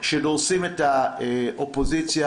שדורסים את האופוזיציה.